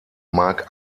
mark